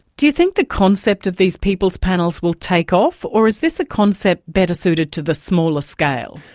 do you think the concept of these people's panels will take off, or is this a concept better suited to the smaller scale?